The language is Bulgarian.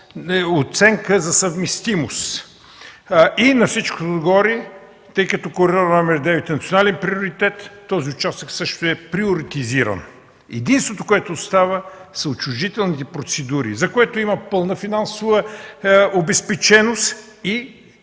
оценка за съвместимост и на всичко отгоре, тъй като коридор № 9 е национален приоритет, този участък също е приоритизиран. Единственото, което остава, са отчуждителните процедури, за което има пълна финансова обезпеченост.